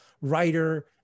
writer